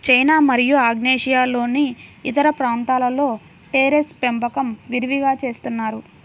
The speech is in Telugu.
చైనా మరియు ఆగ్నేయాసియాలోని ఇతర ప్రాంతాలలో టెర్రేస్ పెంపకం విరివిగా చేస్తున్నారు